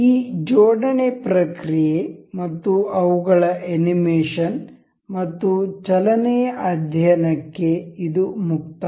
ಈ ಜೋಡಣೆ ಪ್ರಕ್ರಿಯೆ ಮತ್ತು ಅವುಗಳ ಅನಿಮೇಷನ್ ಮತ್ತು ಚಲನೆಯ ಅಧ್ಯಯನಕ್ಕೆ ಇದು ಮುಕ್ತಾಯ